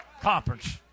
conference